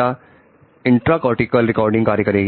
क्या intra cortical recording कहते